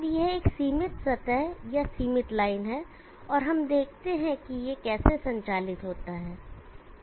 अब यह एक सीमित सतह या सीमित लाइन है और हम देखते हैं कि यह कैसे संचालित होता है